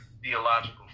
theological